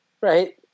right